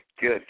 Good